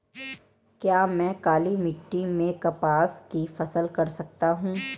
क्या मैं काली मिट्टी में कपास की फसल कर सकता हूँ?